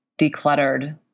decluttered